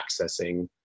accessing